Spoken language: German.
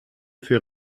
für